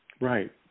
Right